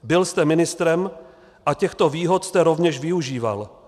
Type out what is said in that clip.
Byl jste ministrem a těchto výhod jste rovněž využíval.